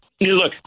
look